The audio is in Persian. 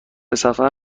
سفر